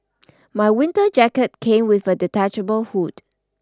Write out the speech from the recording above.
my winter jacket came with a detachable hood